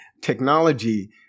technology